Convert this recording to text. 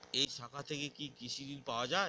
এই শাখা থেকে কি কৃষি ঋণ পাওয়া যায়?